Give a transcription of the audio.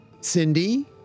Cindy